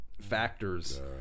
factors